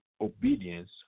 obedience